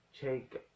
take